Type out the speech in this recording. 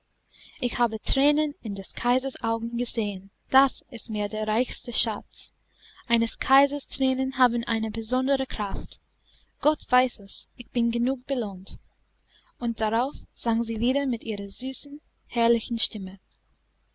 ich habe thränen in des kaisers augen gesehen das ist mir der reichste schatz eines kaisers thränen haben eine besondere kraft gott weiß es ich bin genug belohnt und darauf sang sie wieder mit ihrer süßen herrlichen stimme